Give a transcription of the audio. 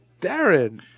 Darren